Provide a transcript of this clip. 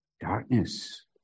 Darkness